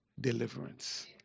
deliverance